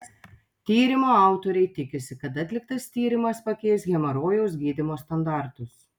tyrimo autoriai tikisi kad atliktas tyrimas pakeis hemorojaus gydymo standartus